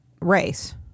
race